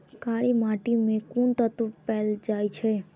कार्य माटि मे केँ कुन तत्व पैल जाय छै?